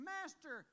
Master